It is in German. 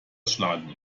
schlagen